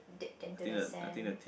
deep into the sand